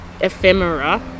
ephemera